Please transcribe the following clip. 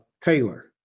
Taylor